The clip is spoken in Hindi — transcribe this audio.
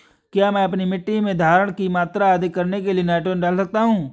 क्या मैं अपनी मिट्टी में धारण की मात्रा अधिक करने के लिए नाइट्रोजन डाल सकता हूँ?